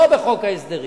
לא בחוק ההסדרים,